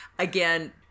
Again